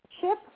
Chip